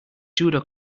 judo